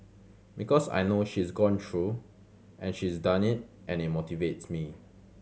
because I know she's gone through and she's done it and it motivates me